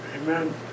Amen